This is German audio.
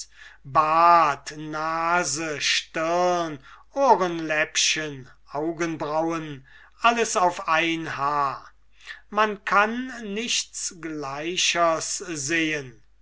nase stirn ohrenläppchen augenbraunen alles auf ein haar man kann nichts gleichers sehen